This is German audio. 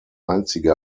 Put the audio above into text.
einzige